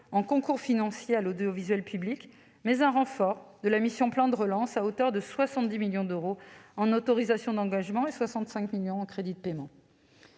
des concours financiers à l'audiovisuel public, mais un renfort de la mission « Plan de relance » à hauteur de 70 millions d'euros en autorisations d'engagement et de 65 millions en crédits de paiement.